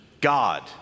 God